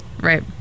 Right